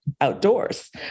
outdoors